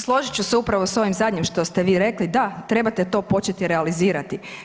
Složit ću se upravo s ovim zadnjim što ste vi rekli, da trebate to početi realizirati.